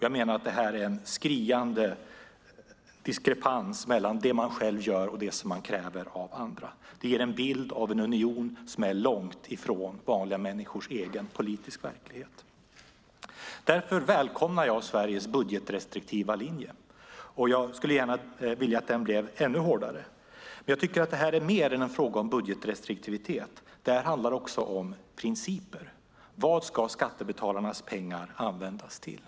Jag menar att detta är en skriande diskrepans mellan det man själv gör och det man kräver av andra. Det ger en bild av en union som är långt ifrån vanliga människors egen politiska aktivitet. Därför välkomnar jag Sveriges budgetrestriktiva linje, och jag skulle gärna vilja att den blev ännu hårdare. Jag tycker dock att detta är mer än en fråga om budgetrestriktivitet. Det handlar också om principer. Vad ska skattebetalarnas pengar användas till?